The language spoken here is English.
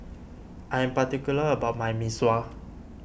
I am particular about my Mee Sua